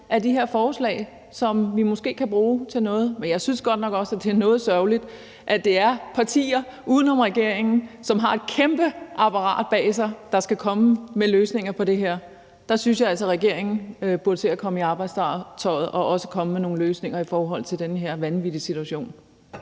af de her forslag, som vi måske kan bruge til noget. Men jeg synes godt nok også, at det er lidt sørgeligt, at det er partier uden om regeringen, som har et kæmpe apparat bag sig, der skal komme med løsninger på det her. Der synes jeg altså, at regeringen burde se at komme i arbejdstøjet og også komme med nogle løsninger i forhold til den her vanvittige situation.